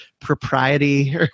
propriety